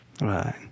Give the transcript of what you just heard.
Right